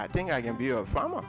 i think i can be a farmer